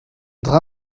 dra